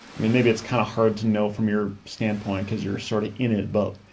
i mean maybe it's kinda hard to know from your standpoint cause you're sort of in it both.